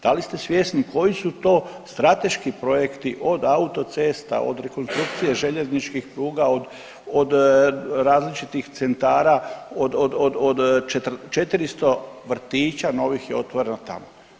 Da li ste svjesni koji su to strateški projekti, od autocesta, od rekonstrukcije željezničkih pruga, od različitih centara, od 400 vrtića novih je otvoreno tamo.